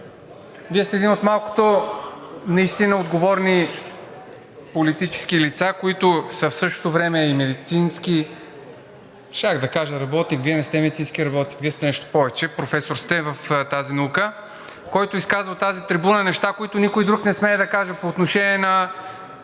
Вие сте един от малкото наистина отговорни политически лица, които са в същото време и медицински – щях да кажа работник, но Вие сте нещо повече – професор сте, в тази наука, който изказа от тази трибуна неща, които никой друг не смее да каже по отношение на